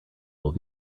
will